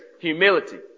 humility